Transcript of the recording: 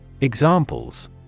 Examples